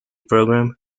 program